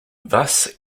thus